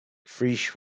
frisch